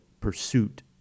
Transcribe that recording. pursuit